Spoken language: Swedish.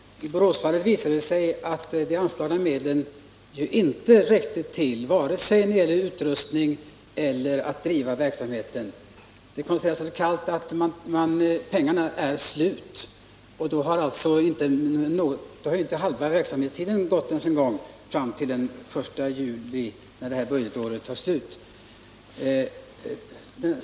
I Borås visade det sig att de anslagna medlen inte räckte vare sig till utrustning eller till drift av verksamheten. Det konstaterades bara helt kallt att pengarna var slut, och då hade inte ens hälften av det budgetår som slutar den 1 juli i år förflutit.